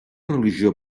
religió